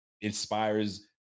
inspires